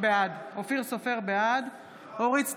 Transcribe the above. בעד אורית מלכה סטרוק,